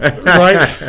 Right